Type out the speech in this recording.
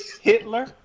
Hitler